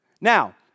Now